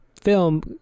film